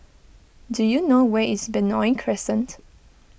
do you know where is Benoi Crescent